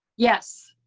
yes.